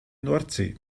nordsee